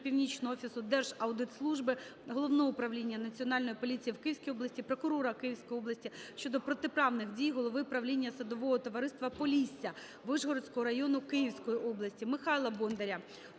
Північного офісу Держаудитслужби, Головного управління Національної поліції в Київській області, прокурора Київської області щодо протиправних дій голови правління садового товариства "Полісся" Вишгородського району Київської області. Михайла Бондаря